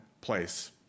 place